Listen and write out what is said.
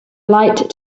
light